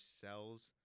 cells